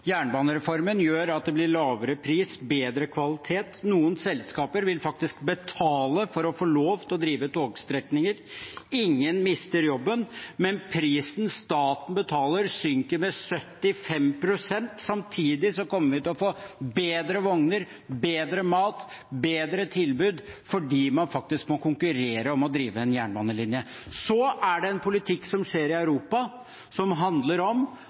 Jernbanereformen gjør at det blir lavere pris og bedre kvalitet. Noen selskaper vil faktisk betale for å få lov til å drive togstrekninger. Ingen mister jobben, men prisen staten betaler, synker med 75 pst. Samtidig kommer vi til å få bedre vogner, bedre mat og bedre tilbud fordi man faktisk må konkurrere om å drive en jernbanelinje. Så føres det en politikk i Europa som handler om